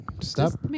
Stop